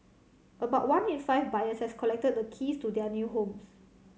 about one in five buyers has collected the keys to their new homes